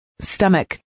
stomach